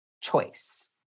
choice